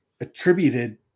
attributed